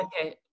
okay